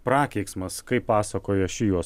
prakeiksmas kaip pasakoja ši jos